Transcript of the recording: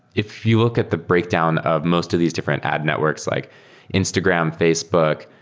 if you look at the breakdown of most of these different ad networks, like instagram, facebook,